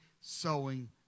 sowing